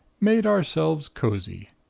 made ourselves cozy,